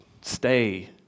stay